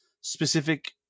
specific